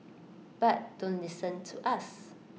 but don't listen to us